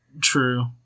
true